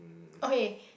okay